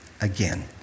Again